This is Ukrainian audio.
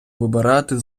вибирати